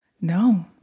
No